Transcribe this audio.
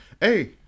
Hey